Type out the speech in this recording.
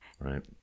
Right